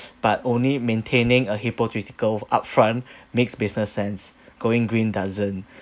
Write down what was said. but only maintaining a hypocritical upfront makes business sense going green doesn't